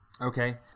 Okay